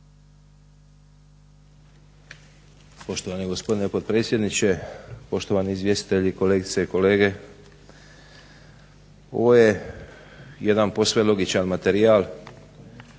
Poštovani gospodine potpredsjedniče, poštovani izvjestitelji, kolegice i kolege. Ovo je jedan posve logičan materijal.